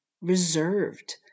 reserved